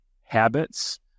habits